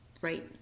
right